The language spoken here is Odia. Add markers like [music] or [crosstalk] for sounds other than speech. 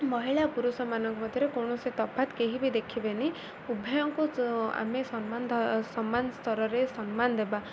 ମହିଳା ପୁରୁଷମାନଙ୍କ ମଧ୍ୟରେ କୌଣସି ତଫାତ୍ କେହି ବି ଦେଖିବେନି ଉଭୟଙ୍କୁ [unintelligible] ଆମେ ସମ୍ମାନ ସମ୍ମାନ ସ୍ତରରେ ସମ୍ମାନ ଦେବା